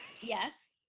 yes